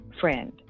friend